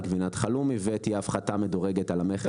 על גבינת חלומי ותהיה הפחתה מדורגת על המכס.